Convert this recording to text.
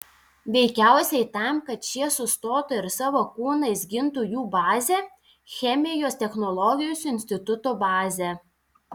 veikiausiai tam kad šie sustotų ir savo kūnais gintų jų bazę chemijos technologijos instituto bazę